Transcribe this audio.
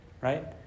Right